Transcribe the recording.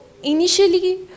Initially